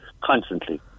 constantly